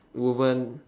woven